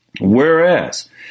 Whereas